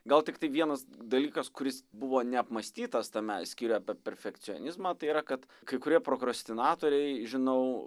gal tiktai vienas dalykas kuris buvo neapmąstytas tame skyriuj apie perfekcionizmą tai yra kad kai kurie prokrastinatoriai žinau